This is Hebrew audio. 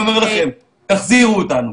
אני מבקש שתחזירו אותנו,